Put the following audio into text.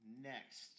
Next